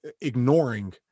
ignoring